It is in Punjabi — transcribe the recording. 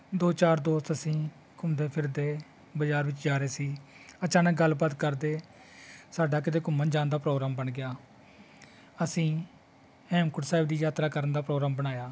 ਦੋ ਚਾਰ ਦੋਸਤ ਅਸੀਂ ਘੁੰਮਦੇ ਫਿਰਦੇ ਬਜ਼ਾਰ ਵਿੱਚ ਜਾ ਰਹੇ ਸੀ ਅਚਾਨਕ ਗੱਲਬਾਤ ਕਰਦੇ ਸਾਡਾ ਕਿਤੇ ਘੁੰਮਣ ਜਾਣ ਦਾ ਪ੍ਰੋਗਰਾਮ ਬਣ ਗਿਆ ਅਸੀਂ ਹੇਮਕੁੰਟ ਸਾਹਿਬ ਦੀ ਯਾਤਰਾ ਕਰਨ ਦਾ ਪ੍ਰੋਗਰਾਮ ਬਣਾਇਆ